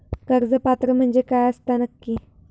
कर्ज पात्र म्हणजे काय असता नक्की?